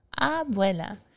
Abuela